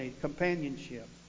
companionship